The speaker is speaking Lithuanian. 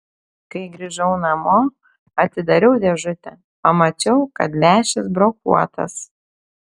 kai grįžau namo atidariau dėžutę pamačiau kad lęšis brokuotas